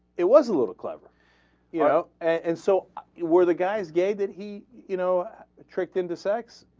it was a little club you know and so where the guys gay that he you know tricked into sex